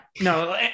no